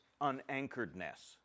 unanchoredness